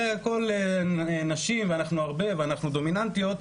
זה הכול נשים ואנחנו הרבה ואנחנו דומיננטיות,